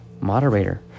Moderator